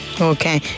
Okay